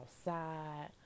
outside